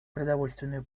продовольственную